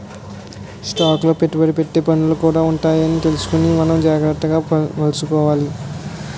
stock లో పెట్టుబడి పెట్టే ఫండ్లు కూడా ఉంటాయని తెలుసుకుని మనం జాగ్రత్తగా మసలుకోవాలి